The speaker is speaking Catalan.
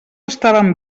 estaven